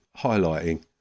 highlighting